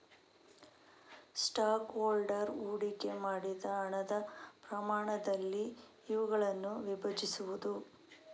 stock holder ಹೂಡಿಕೆ ಮಾಡಿದ ಹಣದ ಪ್ರಮಾಣದಲ್ಲಿ ಇವುಗಳನ್ನು ವಿಭಜಿಸುವುದು